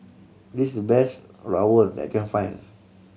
this is the best Rawon I can find